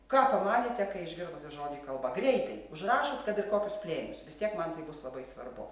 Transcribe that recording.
ką pamanėte kai išgirdote žodį kalba greitai užrašot kad ir kokius plėnius vis tiek man tai bus labai svarbu